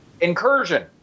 Incursion